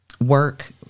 work